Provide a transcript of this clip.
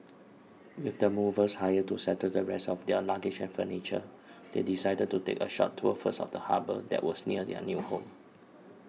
with the movers hired to settle the rest of their luggage and furniture they decided to take a short tour first of the harbour that was near their new home